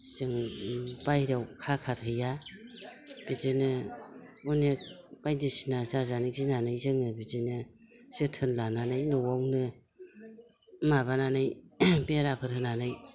जों बायह्रायाव खाखा हैया बिदिनो अनेख बायदिसिना जाजानो गिनानै जोङो बिदिनो जोथोन लानानै न'आवनो माबानानै बेराफोर होनानै